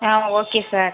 ah okay sir